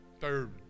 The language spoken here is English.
Third